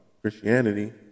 Christianity